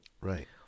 Right